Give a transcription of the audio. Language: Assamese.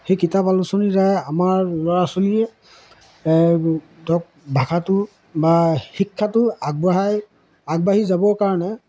সেই কিতাপ আলোচনী যে আমাৰ ল'ৰা ছোৱালীয়ে ধৰক ভাষাটো বা শিক্ষাটো আগবঢ়াই আগবাঢ়ি যাবৰ কাৰণে